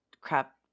crap